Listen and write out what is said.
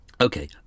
okay